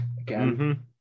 Again